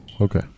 Okay